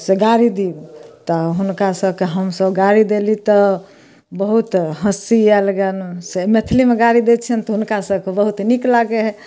गारी दू तऽ हुनका सबके हमसब गारि देली तऽ बहुत हँस्सी आयल गन तऽ मैथलीमे गारी दै छियनि तऽ हुनका सबके बहुत नीक लागै है